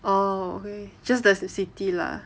orh okay just there's a city lah